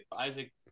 Isaac